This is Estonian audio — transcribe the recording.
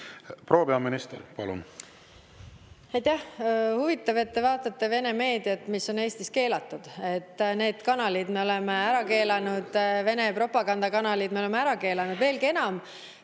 Proua peaminister, palun! Aitäh! Huvitav, et te vaatate Vene meediat, mis on Eestis keelatud. Need kanalid me oleme ära keelanud, Vene propagandakanalid me oleme ära keelanud. Veelgi enam,